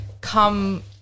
come